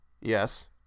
Yes